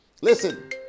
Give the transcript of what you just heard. listen